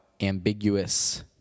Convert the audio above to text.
ambiguous